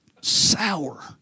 Sour